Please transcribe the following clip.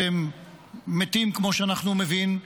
אתם מתים, כמו שאנחנו מבינים,